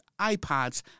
iPads